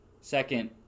second